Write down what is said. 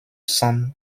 san